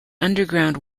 underground